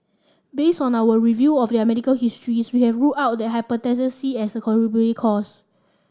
based on our review of their medical histories we have ruled out their Hepatitis C as a contributing cause